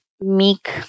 meek